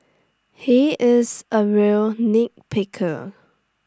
he is A real nitpicker